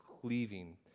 cleaving